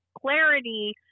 clarity